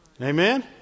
Amen